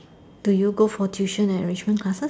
do you go for tuition and enrichment classes